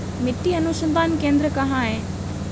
मिट्टी अनुसंधान केंद्र कहाँ है?